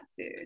food